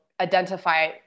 identify